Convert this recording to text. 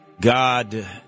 God